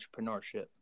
entrepreneurship